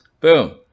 Boom